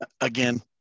again